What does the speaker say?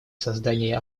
создание